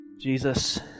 Jesus